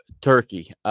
Turkey